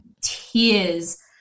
tears